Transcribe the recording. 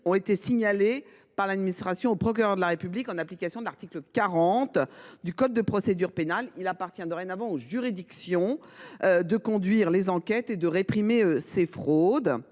a signalé plusieurs sites au procureur de la République en application de l’article 40 du code de procédure pénale. Il appartient dorénavant aux juridictions de conduire les enquêtes et de réprimer ces fraudes.